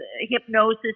hypnosis